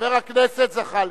חבר הכנסת זחאלקה.